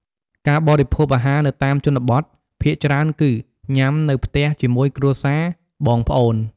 ការបរិភោគអាហារនៅតាមជនបទភាគច្រើនគឺ ញ៉ាំនៅផ្ទះជាមួយគ្រួសារ បងប្អូន។